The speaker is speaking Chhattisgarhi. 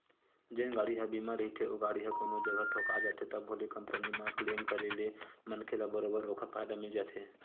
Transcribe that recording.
जेन गाड़ी ह बीमा रहिथे ओ गाड़ी ह कोनो जगा ठोका जाथे तभो ले कंपनी म क्लेम करे ले मनखे ल बरोबर ओखर फायदा मिल जाथे